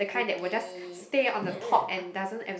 goupy !ee!